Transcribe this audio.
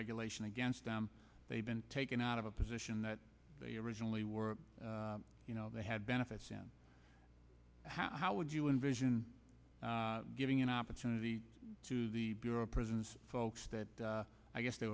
regulation against them they've been taken out of a position that they originally were you know they had benefits and how would you envision giving an opportunity to the bureau of prisons folks that i guess they